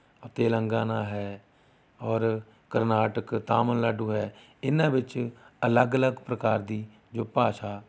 ਤੇਲੰਗਾਨਾ ਹੈ ਔਰ ਕਰਨਾਟਕ ਤਾਮਿਲਨਾਡੂ ਹੈ ਇਹਨਾਂ ਵਿੱਚ ਅਲੱਗ ਅਲੱਗ ਪ੍ਰਕਾਰ ਦੀ ਜੋ ਭਾਸ਼ਾ